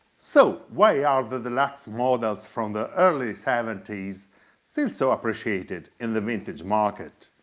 so why are the deluxe models from the early seventy s still so appreciated in the vintage market?